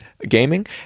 gaming